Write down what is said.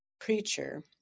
preacher